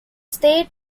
state